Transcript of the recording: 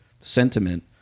sentiment